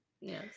yes